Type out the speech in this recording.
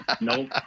No